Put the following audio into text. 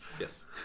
Yes